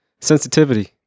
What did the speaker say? sensitivity